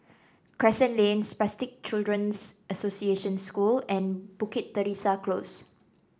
Crescent Lane Spastic Children's Association School and Bukit Teresa Close